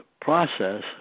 process